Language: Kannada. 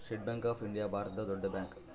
ಸ್ಟೇಟ್ ಬ್ಯಾಂಕ್ ಆಫ್ ಇಂಡಿಯಾ ಭಾರತದ ದೊಡ್ಡ ಬ್ಯಾಂಕ್